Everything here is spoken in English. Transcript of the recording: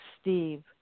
Steve